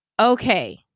Okay